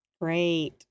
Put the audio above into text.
Great